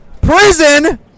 prison